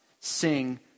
Sing